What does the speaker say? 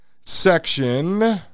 section